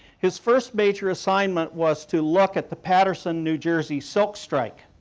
his first major assignment was to look at the paterson new jersey silk strike.